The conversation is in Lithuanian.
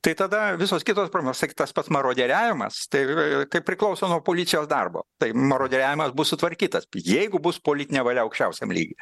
tai tada visos kitos problemos tik tas pats marodieriavimas tai kaip priklauso nuo policijos darbo tai marodieriavimas bus sutvarkytas jeigu bus politinė valia aukščiausiam lygy